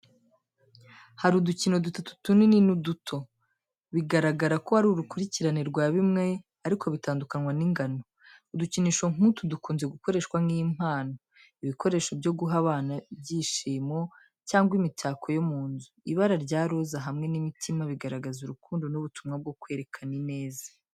Hari udukino dutatu tunini n’uduto, bigaragara ko ari urukurikirane rwa bimwe ariko bitandukanywa n’ingano. Udukinisho nk’utu dukunze gukoreshwa nk’impano, ibikoresho byo guha abana ibyishimo, cyangwa nk’imitako yo mu nzu. Ibara rya roza hamwe n’imitima bigaragaza urukundo n’ubutumwa bwo kwerekana ineza.